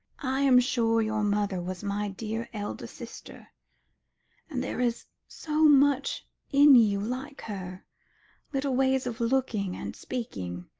i am sure your mother was my dear elder sister and there is so much in you like her little ways of looking and speaking,